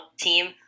team